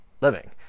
living